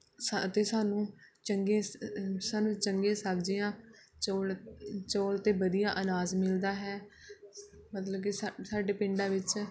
ਸਾ ਅਤੇ ਸਾਨੂੰ ਚੰਗੇ ਸ ਸਾਨੂੰ ਚੰਗੀ ਸਬਜ਼ੀਆਂ ਚੌਲ ਚੌਲ ਅਤੇ ਵਧੀਆ ਅਨਾਜ ਮਿਲਦਾ ਹੈ ਮਤਲਬ ਕਿ ਸਾ ਸਾਡੇ ਪਿੰਡਾਂ ਵਿੱਚ